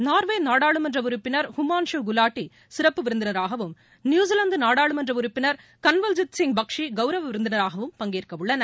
Norway நாடாளுமன்ற உறுப்பினர் Himanshu Gulati சிறப்பு விருந்தினராகவும் நியூசிலாந்து நாடாளுமன்ற உறுப்பினர் கன்வல்ஜித் சிங் பக்ஷி கௌரவ விருந்தினராகவும் பங்கேற்க உள்ளனர்